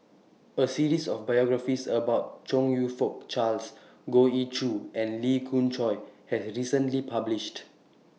A series of biographies about Chong YOU Fook Charles Goh Ee Choo and Lee Khoon Choy was recently published